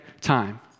time